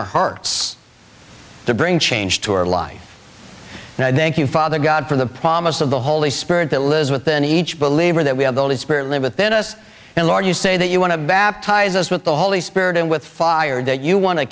our hearts to bring change to our life and i thank you father god for the promise of the holy spirit that lives within each believer that we have the holy spirit within us and lord you say that you want to baptize us with the holy spirit and with fire that you want to